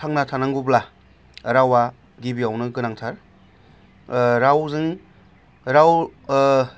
थांना थानांगौब्ला रावआ गिबियावनो गोनांथार रावजों राव